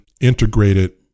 integrated